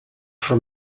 for